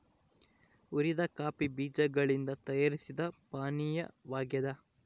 ಹುರಿದ ಕಾಫಿ ಬೀಜಗಳಿಂದ ತಯಾರಿಸಿದ ಪಾನೀಯವಾಗ್ಯದ